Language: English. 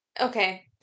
Okay